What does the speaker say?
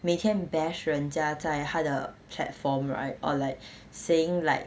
每天 bash 人家在她的 platform right or like saying like